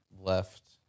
left